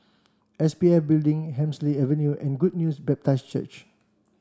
S P F Building Hemsley Avenue and Good News Baptist Church